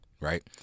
right